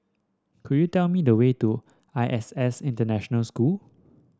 could you tell me the way to I S S International School